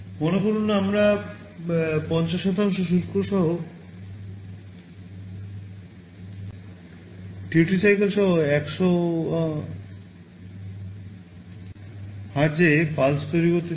মনে করুন আমরা 50 duty cycle সহ 100 হার্জে pulse তৈরি করতে চাই